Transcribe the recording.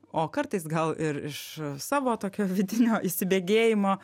o kartais gal ir iš savo tokio vidinio įsibėgėjimo